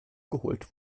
geholt